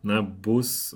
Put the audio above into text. na bus